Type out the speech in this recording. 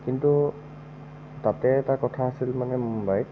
কিন্তু তাতে এটা কথা আছিল মানে মুম্বাইত